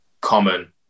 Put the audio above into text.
common